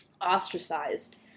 ostracized